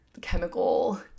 chemical